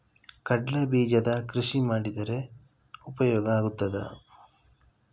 ಕಡ್ಲೆ ಬೀಜದ ಕೃಷಿ ಮಾಡಿದರೆ ಉಪಯೋಗ ಆಗುತ್ತದಾ?